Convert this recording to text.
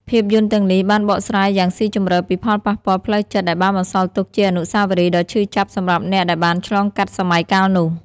ភាពយន្តទាំងនេះបានបកស្រាយយ៉ាងស៊ីជម្រៅពីផលប៉ះពាល់ផ្លូវចិត្ត ដែលបានបន្សល់ទុកជាអនុស្សាវរីយ៍ដ៏ឈឺចាប់សម្រាប់អ្នកដែលបានឆ្លងកាត់សម័យកាលនោះ។